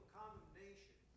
condemnation